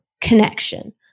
connection